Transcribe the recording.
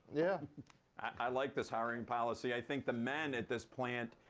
yeah i like this hiring policy. i think the men at this plant,